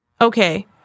Okay